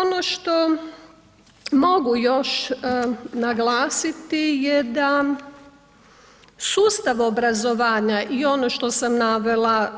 Ono što mogu još naglasiti je da sustav obrazovanja i ono što sam navela,